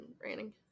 raining